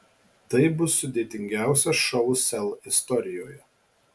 tai bus sudėtingiausias šou sel istorijoje